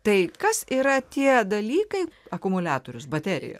tai tai kas yra tie dalykai akumuliatorius baterija